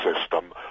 system